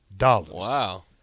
Wow